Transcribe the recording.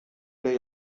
der